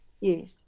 Yes